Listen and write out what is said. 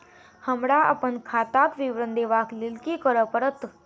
हमरा अप्पन खाताक विवरण देखबा लेल की करऽ पड़त?